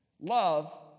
Love